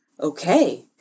Okay